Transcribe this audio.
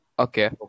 Okay